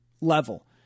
level